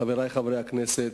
חברי חברי הכנסת,